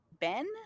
Ben